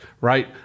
right